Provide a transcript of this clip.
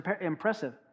impressive